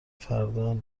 فرداهم